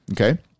okay